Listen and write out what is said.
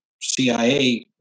CIA